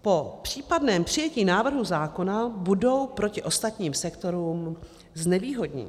Po případném přijetí návrhu zákona budou proti ostatním sektorům znevýhodněny.